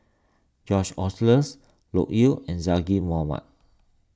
George Oehlers Loke Yew and Zaqy Mohamad